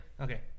Okay